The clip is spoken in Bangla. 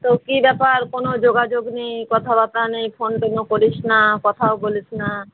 তো কী ব্যাপার কোনো যোগাযোগ নেই কথা বার্তা নেই ফোন টোনও করিস না কথাও বলিস না